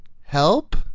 help